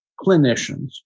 clinicians